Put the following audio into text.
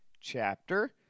chapter